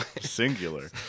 Singular